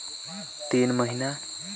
टमाटर कर खेती हवे कतका दिन म तियार हो जाथे?